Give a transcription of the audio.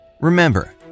Remember